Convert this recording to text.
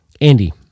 Andy